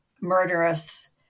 murderous